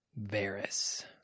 Varys